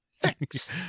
Thanks